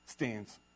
stands